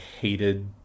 hated